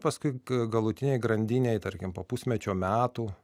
paskui galutinėj grandinėj tarkim po pusmečio metų